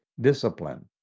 discipline